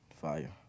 fire